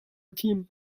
team